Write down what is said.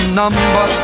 number